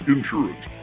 Insurance